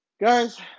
Guys